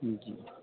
جی